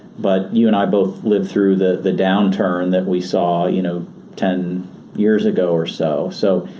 but you and i both lived through the the downturn that we saw you know ten years ago or so. so,